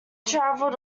travelled